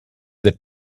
that